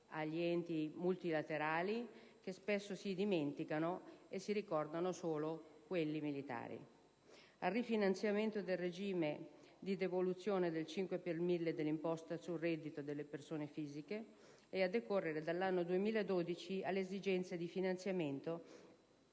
degli enti multilaterali, che spesso si dimenticano, ricordandosi solo quelli militari; per il 2011, al rifinanziamento del regime di devoluzione del 5 per mille dell'imposta sul reddito delle persone fisiche e, a decorrere dall'anno 2012, alle esigenze di finanziamento